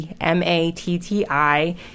M-A-T-T-I